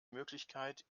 möglichkeit